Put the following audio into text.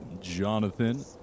Jonathan